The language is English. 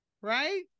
Right